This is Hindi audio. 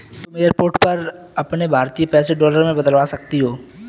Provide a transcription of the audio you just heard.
तुम एयरपोर्ट पर ही अपने भारतीय पैसे डॉलर में बदलवा सकती हो